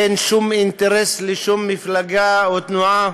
אין שום אינטרס לשום מפלגה או תנועה